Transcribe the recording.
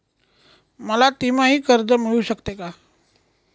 मला तिमाही कर्ज मिळू शकते का?